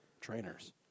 trainers